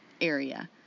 area